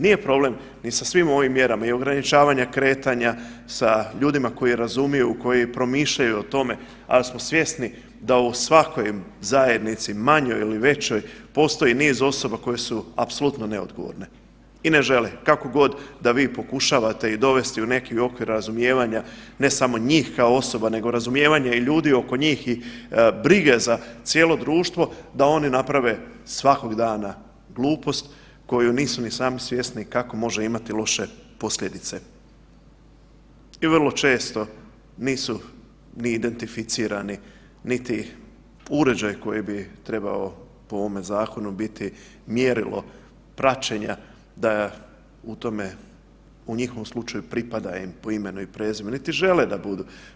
Nije problem ni sa svim ovim mjerama i ograničavanja kretanja, sa ljudima koji razumiju, koji promišljaju o tome, al smo svjesni da u svakoj zajednici manjoj ili većoj postoji niz osoba koje su apsolutno neodgovorne i ne žele kako god da vi pokušavate ih dovest u neki okvir razumijevanja, ne samo njih kao osoba nego razumijevanja i ljudi oko njih i brige za cijelo društvo da oni naprave svakog dana glupost koju nisu ni sami svjesni kako može imat loše posljedice i vrlo često nisu ni identificirani, niti uređaj koji bi trebao po ovome zakonu biti mjerilo praćenja da u tome u njihovom slučaju pripada im po imenu i prezimenu, niti žele da budu.